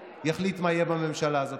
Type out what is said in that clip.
יחליט מה יהיה בממשלה הזאת.